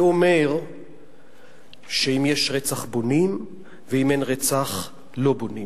זה אומר שאם יש רצח בונים ואם אין רצח לא בונים.